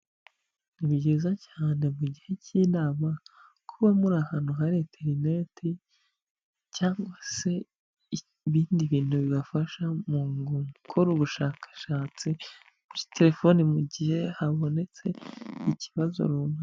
Ni byiza cyane mu gihe cy'inama kuba muri ahantu hari interineti cyangwa se ibindi bintu bibafasha mu gukora ubushakashatsi kuri telefoni ,mu gihe habonetse ikibazo runaka.